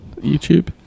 youtube